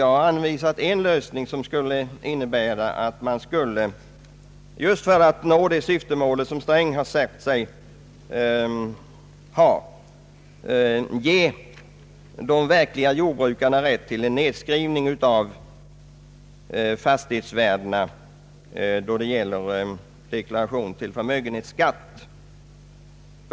Jag har anvisat en lösning, som skulle innebära att man, just för att nå det mål som finansminister Sträng har satt upp, skulle ge de verkliga jordbrukarna rätt till en nedskrivning av fastighetsvärdena när det gäller deklaration till förmögenhetsskatt.